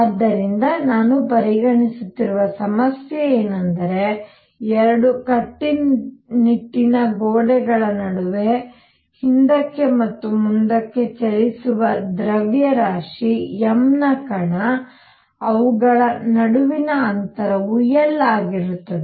ಆದ್ದರಿಂದ ನಾನು ಪರಿಗಣಿಸುತ್ತಿರುವ ಸಮಸ್ಯೆ ಏನೆಂದರೆ ಎರಡು ಕಟ್ಟುನಿಟ್ಟಿನ ಗೋಡೆಗಳ ನಡುವೆ ಹಿಂದಕ್ಕೆ ಮತ್ತು ಮುಂದಕ್ಕೆ ಚಲಿಸುವ ದ್ರವ್ಯರಾಶಿ m ನ ಕಣ ಅವುಗಳ ನಡುವಿನ ಅಂತರವು L ಆಗಿರುತ್ತದೆ